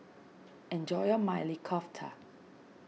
enjoy your Maili Kofta